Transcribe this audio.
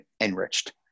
enriched